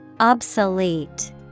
Obsolete